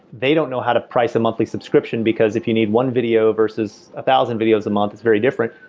they don't know how to price a monthly subscription, because if you need one video versus a thousand videos a month, it's very different.